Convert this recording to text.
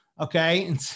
okay